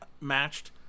matched